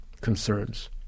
concerns